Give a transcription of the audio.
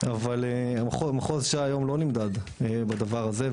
אבל מחוז ש"י היום לא נמדד בדבר הזה,